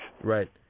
Right